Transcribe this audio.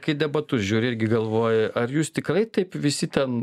kai debatus žiūri irgi galvoji ar jūs tikrai taip visi ten